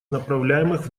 направляемых